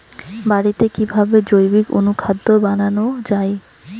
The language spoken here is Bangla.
বাড়িতে কিভাবে জৈবিক অনুখাদ্য বানানো যায়?